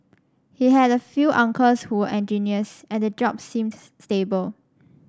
he had a few uncles who engineers and the job seems stable